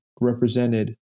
represented